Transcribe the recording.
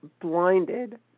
blinded